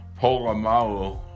Polamalu